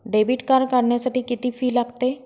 Debit card काढण्यासाठी किती fee लागते?